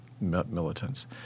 militants